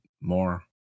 more